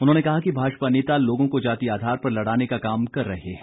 उन्होंने कहा कि भाजपा नेता लोगों को जाति आधार पर लड़ाने का काम कर रहे हैं